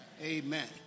Amen